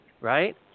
right